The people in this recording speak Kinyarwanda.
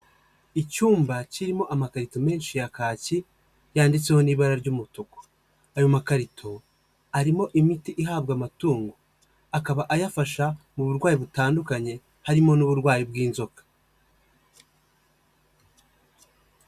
Icyumba kirimo amakarito menshi ya kaki yanditseho n'ibara ry'umutuku, ayo makarito arimo imiti ihabwa amatungo, akaba ayafasha mu burwayi butandukanye harimo n'uburwayi bw'inzoka.